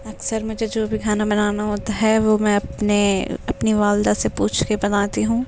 اکثر مجھے جو بھی کھانا بنانا ہوتا ہے وہ میں اپنے اپنی والدہ سے پوچھ کے بناتی ہوں